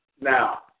Now